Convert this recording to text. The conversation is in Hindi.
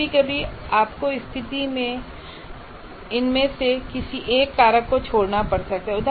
कभी कभी आपको स्थिति में इनमें से किसी एक कारक को छोड़ना पड़ सकता है